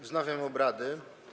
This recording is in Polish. Wznawiam obrady.